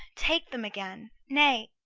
take them again. nay,